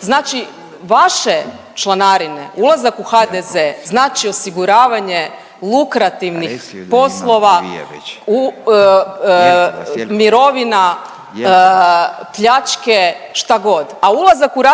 Znači vaše članarine, ulazak u HDZ znači osiguravanje lukrativnih poslova, mirovina, pljačke, šta god, a ulazak u RF